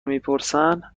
میپرسن